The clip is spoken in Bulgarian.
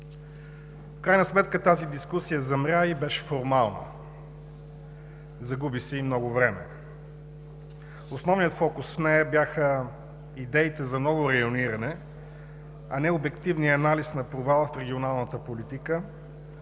В крайна сметка тази дискусия замря и беше формална. Загуби се и много време. Основният фокус в нея бяха идеите за ново райониране, а не обективният анализ на провала в регионалната политика,